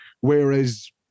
Whereas